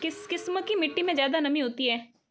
किस किस्म की मिटटी में ज़्यादा नमी होती है?